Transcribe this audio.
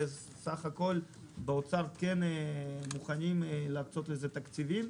וסך-הכול באוצר מוכנים להקצות לזה תקציבים,